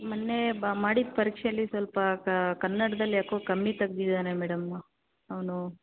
ಮೊನ್ನೆ ಬ ಮಾಡಿದ ಪರೀಕ್ಷೆಯಲ್ಲಿ ಸ್ವಲ್ಪ ಕನ್ನಡ್ದಲ್ಲಿ ಯಾಕೋ ಕಮ್ಮಿ ತೆಗ್ದಿದಾನೆ ಮೇಡಮ್ ಅವನು